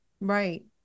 Right